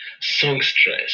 songstress